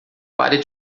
pare